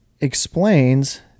explains